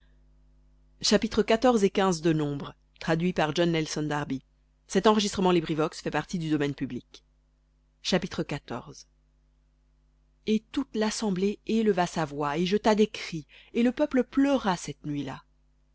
et toute l'assemblée éleva sa voix et jeta des cris et le peuple pleura cette nuit-là